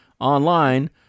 online-